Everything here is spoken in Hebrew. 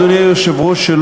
אדוני היושב-ראש,